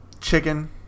chicken